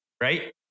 right